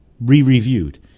re-reviewed